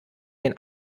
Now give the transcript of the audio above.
den